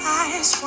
eyes